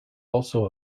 also